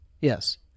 Yes